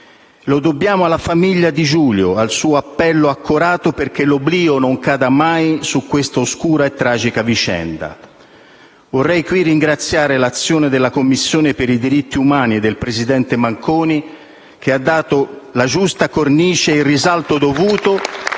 Lo dobbiamo alla famiglia di Giulio, al suo appello accorato perché l'oblio non cada mai su questa oscura e tragica vicenda. Vorrei qui ringraziare l'azione della Commissione per i diritti umani e del presidente Manconi, che ha dato la giusta cornice ed il risalto dovuto